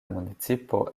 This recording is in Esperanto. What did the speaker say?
municipo